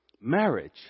marriage